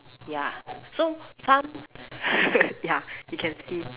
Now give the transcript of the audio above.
ya so some ya you can see